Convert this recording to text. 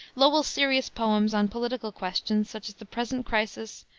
lowell's serious poems on political questions, such as the present crisis,